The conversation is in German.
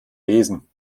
lesen